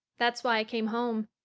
that's why i came home.